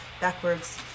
backwards